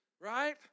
Right